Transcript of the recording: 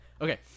Okay